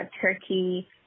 Turkey